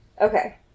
Okay